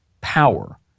power